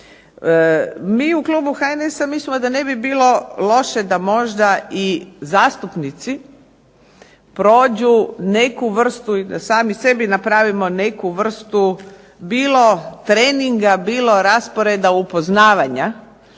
Mi u klubu HNS-a mislimo da ne bi bilo loše da možda i zastupnici prođu neku vrstu, da sami sebi napravimo neku vrstu bilo treninga, bilo rasporeda upoznavanja